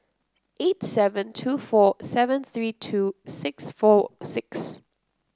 eight seven two four seven three two six four six